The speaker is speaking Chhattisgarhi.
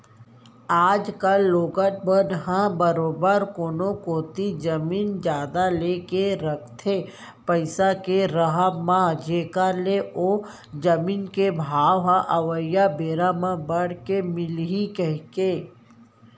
आज कल लोगन मन ह बरोबर कोनो कोती जमीन जघा लेके रखथे पइसा के राहब म जेखर ले ओ जमीन के भाव ह अवइया बेरा म बड़ के मिलही कहिके